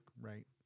right